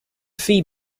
phi